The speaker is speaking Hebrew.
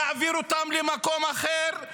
להעביר אותם למקום אחר,